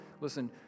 Listen